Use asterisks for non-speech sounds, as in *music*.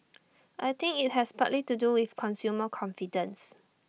*noise* I think IT has partly to do with consumer confidence